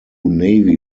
navy